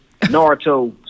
Naruto